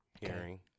hearing